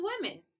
women